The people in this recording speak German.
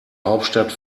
hauptstadt